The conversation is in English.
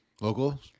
Local